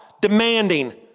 demanding